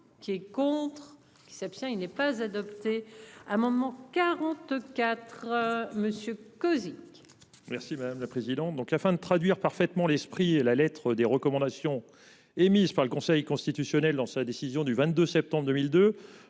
Qui est contre. Qui s'abstient. Il n'est pas adopté amendement 44. Monsieur Cozic. Merci madame la présidente. Donc la fin de traduire parfaitement l'esprit et la lettre des recommandations émises par le Conseil constitutionnel dans sa décision du 22 septembre 2002.